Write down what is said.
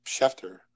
Schefter